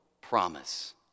promise